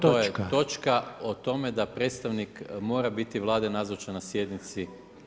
To je točka o tome da predstavnik mora biti Vlade nazočan na sjednici.